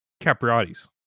capriati's